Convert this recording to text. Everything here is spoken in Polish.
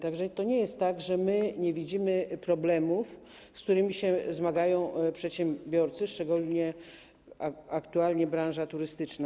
Tak że to nie jest tak, że nie widzimy problemów, z którymi się zmagają przedsiębiorcy, szczególnie aktualnie branża turystyczna.